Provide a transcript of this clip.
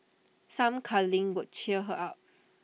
some cuddling could cheer her up